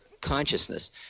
consciousness